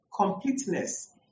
completeness